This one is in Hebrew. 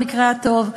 במקרה הטוב,